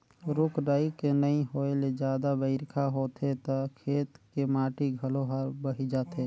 रूख राई के नइ होए ले जादा बइरखा होथे त खेत के माटी घलो हर बही जाथे